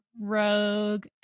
rogue